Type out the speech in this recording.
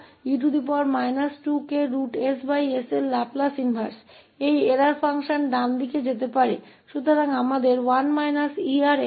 e 2kss का Laplace व्युत्क्रम वह है जहाँ यह त्रुटि फ़ंक्शन दाईं ओर जा सकता है